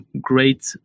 great